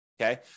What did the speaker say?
okay